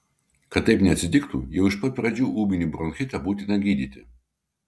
kad taip neatsitiktų jau iš pat pradžių ūminį bronchitą būtina gydyti